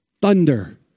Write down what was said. thunder